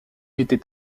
était